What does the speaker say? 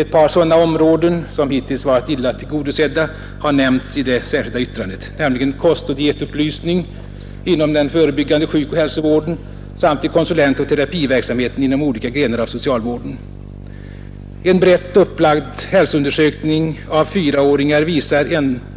Ett par sådana områden, som hittills varit illa tillgodosedda, har nämnts i det särskilda yttrandet, nämligen kostoch dietupplysning inom den förebyggande sjukoch hälsovården samt konsulentoch terapiverksamheten inom olika grenar av socialvården. En brett upplagd hälsoundersökning av fyraåringar visar